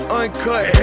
uncut